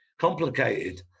complicated